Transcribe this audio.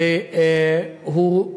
והוא,